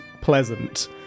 pleasant